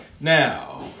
Now